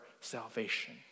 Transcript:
salvation